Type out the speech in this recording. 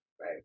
Right